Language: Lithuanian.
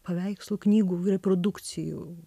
paveikslų knygų reprodukcijų